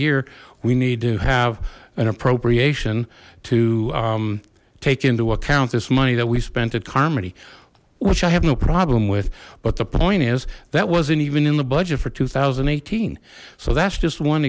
year we need to have an appropriation to take into account this money that we spent at carmody which i have no problem with but the point is that wasn't even in the budget for two thousand and eighteen so that's just one